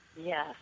yes